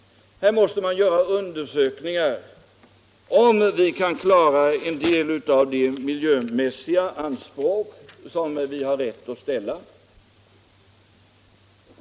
Här måste man göra undersökningar — om man kan tillgodose en del av de miljömässiga anspråk som vi har rätt att ställa.